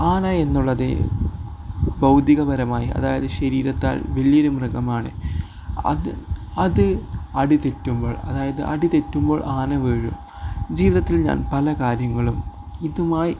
ആനയെന്നുള്ളത് ബൗദ്ധികപരമായി അതായത് ശരീരത്താൽ വലിയൊരു മൃഗമാണ് അത് അത് അടി തെറ്റുമ്പോൾ അതായത് അടി തെറ്റുമ്പോൾ ആന വീഴും ജീവിതത്തിൽ ഞാൻ പല കാര്യങ്ങളും ഇതുമായി